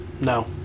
No